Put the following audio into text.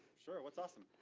sure, what's awesome?